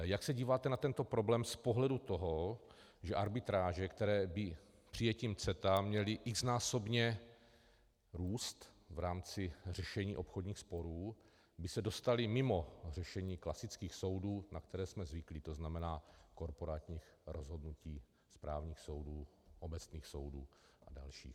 Jak se díváte na tento problém z pohledu toho, že arbitráže, které by přijetím CETA měly xnásobně růst v rámci řešení obchodních sporů, by se dostaly mimo řešení klasických soudů, na které jsme zvyklí, tzn. korporátních rozhodnutí správních soudů, obecných soudů a dalších?